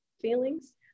feelings